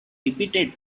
repeated